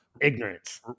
Ignorance